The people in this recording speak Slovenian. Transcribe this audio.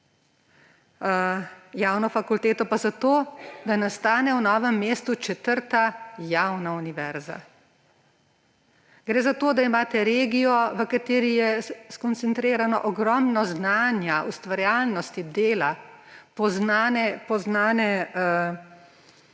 Javno fakulteto pa zato, da nastane v Novem mestu četrta javna univerza. Gre za to, da imate regijo, v kateri je skoncentrirano ogromno znanja, ustvarjalnosti, dela, poznana